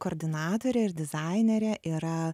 koordinatorė ir dizainerė yra